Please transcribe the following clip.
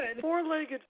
four-legged